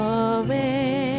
away